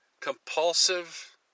compulsive